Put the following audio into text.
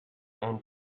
and